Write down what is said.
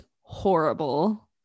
horrible